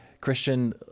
Christian